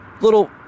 little